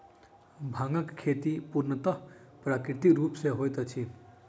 भांगक खेती पूर्णतः प्राकृतिक रूप सॅ होइत अछि